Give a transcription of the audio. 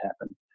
happen